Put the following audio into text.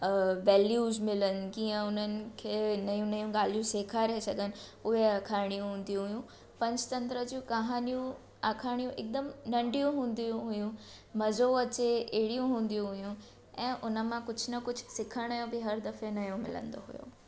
values मिलनि कीअं हुननि खे नयूं नयूं ॻाल्हियूं सेखारे सघनि उहे अखाणियूं हूंदियूं हुयूं पंचतंत्र जी कहानियूं अखाणियूं हिकदमु नंढियूं हूंदियूं हुयूं मज़ो अचे एड़ियूं हूदियूं हुयूं ऐं उन मां कुझु न कुझु सिखण जो बि हर दफ़े नयों मिलंदो हुओ